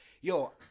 yo